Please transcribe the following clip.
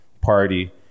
party